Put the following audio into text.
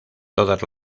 todas